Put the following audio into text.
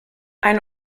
ein